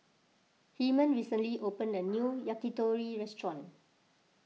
Hyman recently opened a new Yakitori restaurant